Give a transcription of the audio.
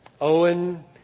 Owen